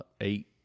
eight